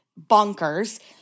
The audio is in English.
Bonkers